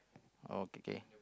oh Kay Kay